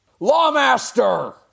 Lawmaster